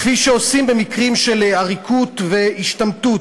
כפי שעושים במקרים של עריקות והשתמטות.